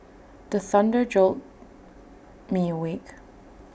the thunder jolt me awake